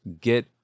get